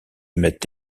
mettent